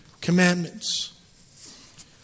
commandments